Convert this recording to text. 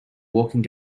walking